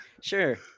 sure